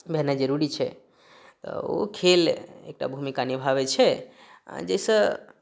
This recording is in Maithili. भेनाइ जरुरी छै तऽ ओ खेल एकटा भूमिका निभाबै छै आ जाहि सॅं